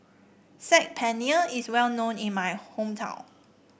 Saag Paneer is well known in my hometown